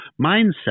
mindset